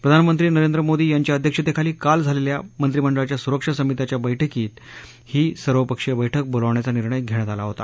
प्रधानमंत्री नरेंद्र मोदी यांच्या अध्यक्षतेखाली काल झालेल्या मंत्रिमंडळाच्या सुरक्षा समितीच्या बैठकीत ही सर्वपक्षीय बैठक बोलावण्याचा निर्णय घेण्यात आला होता